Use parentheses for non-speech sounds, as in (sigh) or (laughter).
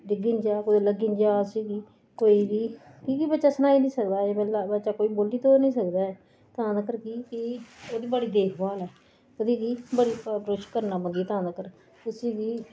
डिग्गी नी जा कुतै लग्गी नी जा उसी कोई बी की के बच्चा सनाई नी सकदा अजे बच्चा कोई बोल्ली ते नी सकदा ऐ तां तक्कर की कि ओह्दी बड़ी देखभाल ऐ ओह्दी बड़ी (unintelligible) करना पौंदी ऐ तां तगर उसी बी